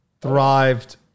thrived